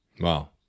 Wow